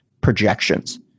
projections